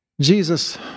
Jesus